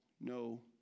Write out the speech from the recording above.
no